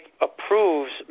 approves